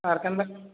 ଆର କେନ୍ତା